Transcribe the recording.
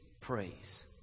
praise